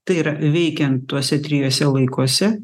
tai yra veikiant tuose trijuose laikuose